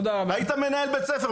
היית מנהל בית ספר.